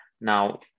Now